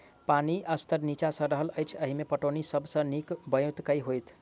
पानि स्तर नीचा जा रहल अछि, एहिमे पटौनीक सब सऽ नीक ब्योंत केँ होइत?